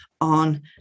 on